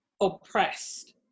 oppressed